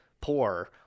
poor